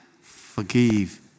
forgive